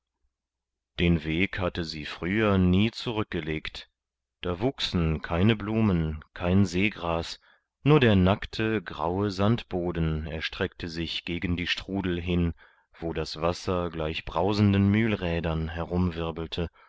den weg hatte sie früher nie zurückgelegt da wuchsen keine blumen kein seegras nur der nackte graue sandboden erstreckte sich gegen die strudel hin wo das wasser gleich brausenden